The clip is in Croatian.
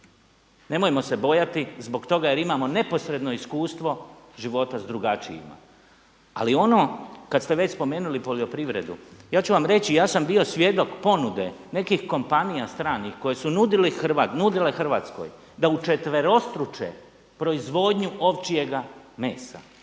Nemojmo se bojati zbog toga jer imamo neposredno iskustvo života sa drugačijima. Ali ono kad ste već spomenuli poljoprivredu, ja ću vam reći, ja sam bio svjedok ponude nekih kompanija stranih koje su nudile Hrvatskoj da učetverostruče proizvodnju ovčjega mesa.